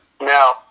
Now